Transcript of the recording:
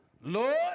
Lord